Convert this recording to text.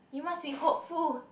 you must be hopeful